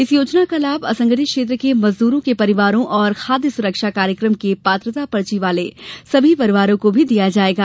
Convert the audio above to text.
इस योजना का लाभ असंगठित क्षेत्र के मजदूरों के परिवारों और खाद्य सुरक्षा कार्यक्रम के पात्रता पर्ची वाले सभी परिवारों को भी दिया जायेगा